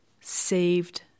saved